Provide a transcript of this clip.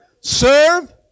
serve